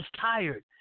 tired